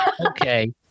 Okay